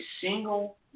single